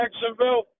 Jacksonville